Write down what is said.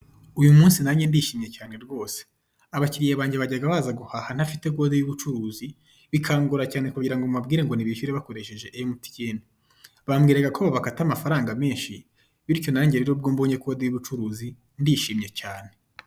Uyu munsi nange ndishimye cyane rwose! Abakiriya bange bajyaga baza guhaha ntafite kode y'ubucuruzi bikangora cyane kugira ngo mbabwire ngo nibishyure bakoresheje emutiyeni. Bambwiraga ko babakata amafaranga menshi bityo nange rero ubwo mbonye kode y'ubucuruzi ndishimye cyane.